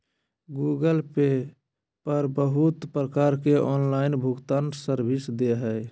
Google Pay पर बहुत प्रकार के ऑनलाइन भुगतान सर्विस दे हय